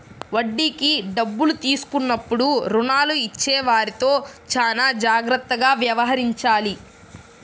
వడ్డీకి డబ్బులు తీసుకున్నప్పుడు రుణాలు ఇచ్చేవారితో చానా జాగ్రత్తగా వ్యవహరించాలి